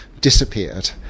disappeared